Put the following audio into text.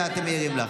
אישה שעברה פיגוע.